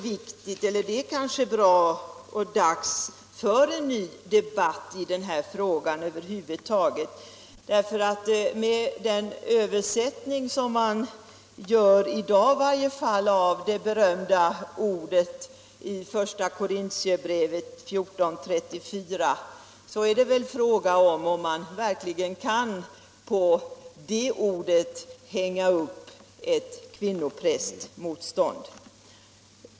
Det är kanske dags för en ny debatt i frågan över huvud taget. Med den översättning som i dag görs, i varje fall av det berömda ordet i Första Korintierbrevet 14:34, är det väl fråga om man verkligen kan på det ordet hänga upp ett kvinnoprästmotstånd.